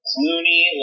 Clooney